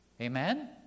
Amen